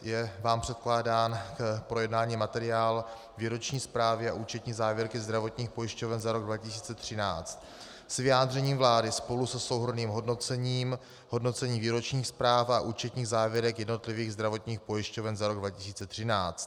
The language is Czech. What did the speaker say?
Je vám předkládán k projednání materiál Výroční zprávy a účetní závěrky zdravotních pojišťoven za rok 2013 s vyjádřením vlády spolu se souhrnným hodnocením, hodnocením výročních zpráv a účetních závěrek jednotlivých zdravotních pojišťoven za rok 2013.